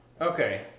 okay